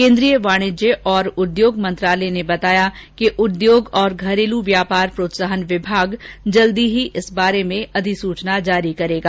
केन्द्रीय वाणिज्य और उद्योग मंत्रालय ने बताया कि उद्योग और घरेलू व्यापार प्रोत्साहन विभाग जल्दी ही इस संबंध में अधिसूचना जारी करेगा